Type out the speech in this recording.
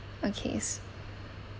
okays